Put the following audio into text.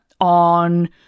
on